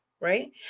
right